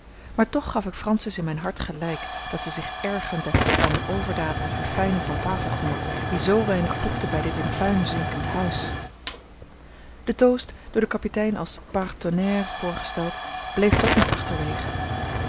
maar toch gaf ik francis in mijn hart gelijk dat zij zich ergerde aan een overdaad en verfijning van tafelgenot die zoo weinig voegde bij dit in puin zinkend huis de toast door den kapitein als pare tonnerre voorgesteld bleef toch niet achterwege